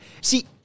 See